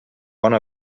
one